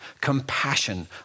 compassion